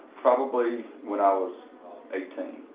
probably when i was eighteen.